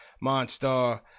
Monster